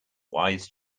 wise